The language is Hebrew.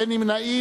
אין נמנעים.